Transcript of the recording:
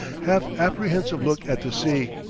half-apprehensive look at the sea.